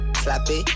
slappy